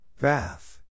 Bath